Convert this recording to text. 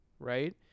Right